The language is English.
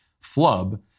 flub